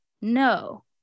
no